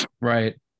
Right